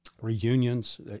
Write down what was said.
reunions